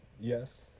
Yes